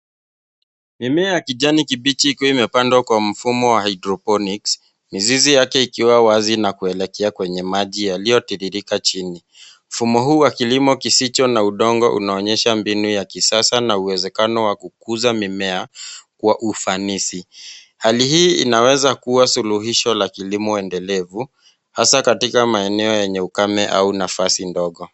Mimea ya kijani kibichi ukiwa imepandwa kwa mfumo wa haidroponiki, mizizi yake ikiwa wazi na kuelekea kwenye maji yaliyotirorirka chini. Mfumo huu wa kilimo kisicho na udongo unaonyesha mbinu ya kisasa na uwezekano wa kukuza mimea kwa ufanisi. Hali hii inaweza kuwa suluhisho la kilimo endelevu hasa katika maeneo yenye ukame au nafasi ndogo.